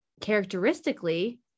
characteristically